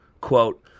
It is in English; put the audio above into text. Quote